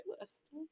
list